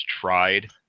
tried